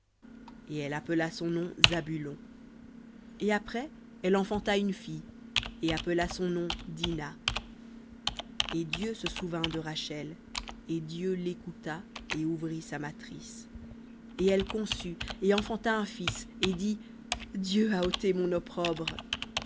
et elle appela son nom zabulon et après elle enfanta une fille et appela son nom dina v et dieu se souvint de rachel et dieu l'écouta et ouvrit sa matrice et elle conçut et enfanta un fils et dit dieu a ôté mon opprobre